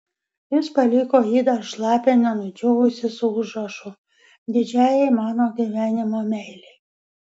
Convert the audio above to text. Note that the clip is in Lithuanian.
jis paliko jį dar šlapią nenudžiūvusį su užrašu didžiajai mano gyvenimo meilei